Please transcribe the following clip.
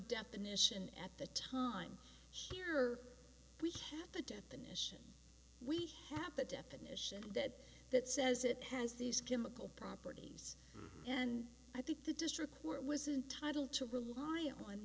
definition at the time here we had the definition we have that definition that that says it has these chemical properties and i think the district where it was entitle to rely on